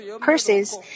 purses